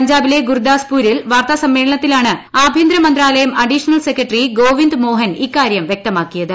പഞ്ചാബിലെ ഗുർദാസ്പൂരിൽ വാർത്താസമ്മേളനത്തിലാണ് ആഭ്യന്തരമന്ത്രാലയം അഡീഷണൽ സെക്രട്ടറി ഗോവിന്ദ് മോഹൻ ഇക്കാര്യം വ്യക്തമാക്കിയത്